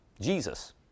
Jesus